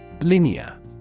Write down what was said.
Linear